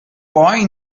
boy